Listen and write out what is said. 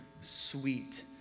sweet